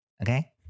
Okay